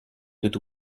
tout